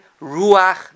Ruach